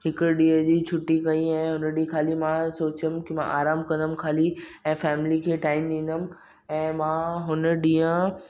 हिकु ॾींहं जी छुटी कई ऐं हुन ॾींहं ख़ाली मां सोचियमि की मां आरामु कंदमि ख़ाली ऐं फ़ैमिली खे टाइम ॾींदमि ऐं मां हुन ॾींहुं